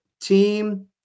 team